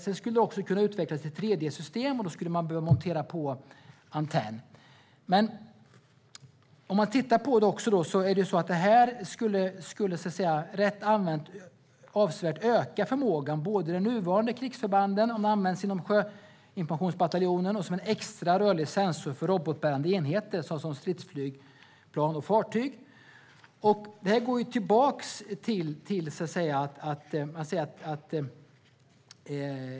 Det skulle också kunna utvecklas till 3D-system, och då skulle man behöva montera på antenn. Rätt använt skulle det här avsevärt kunna öka förmågan, både i de nuvarande krigsförbanden om det används inom sjöinformationsbataljonen och som en extra rörlig sensor för robotbärande enheter såsom stridsflygplan och fartyg.